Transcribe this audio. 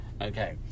okay